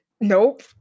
Nope